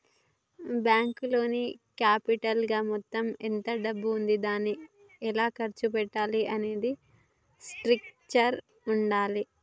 బ్యేంకులో క్యాపిటల్ గా మొత్తం ఎంత డబ్బు ఉంది దాన్ని ఎలా ఖర్చు పెట్టాలి అనే స్ట్రక్చర్ ఉండాల్ల